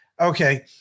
Okay